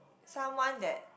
someone that